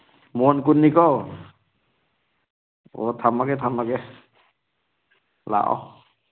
ꯃꯣꯟ ꯀꯨꯟꯅꯤꯀꯣ ꯑꯣ ꯊꯝꯃꯒꯦ ꯊꯝꯃꯒꯦ ꯂꯥꯛꯑꯣ